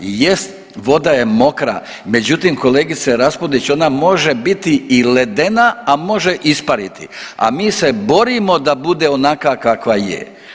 Jest voda je mokra, međutim kolegice Raspudić ona može biti i ledena, a može i ispariti a mi se borimo da bude onakva kakva je.